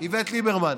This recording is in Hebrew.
איווט ליברמן.